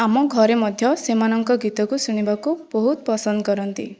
ଆମ ଘରେ ମଧ୍ୟ ସେମାନଙ୍କ ଗୀତକୁ ଶୁଣିବାକୁ ବହୁତ ପସନ୍ଦ କରନ୍ତି